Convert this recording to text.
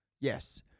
Yes